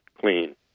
clean